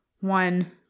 one